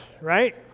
right